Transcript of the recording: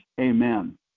amen